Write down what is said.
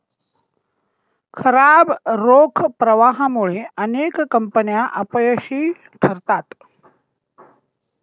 खराब रोख प्रवाहामुळे अनेक कंपन्या अपयशी ठरतात